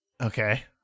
Okay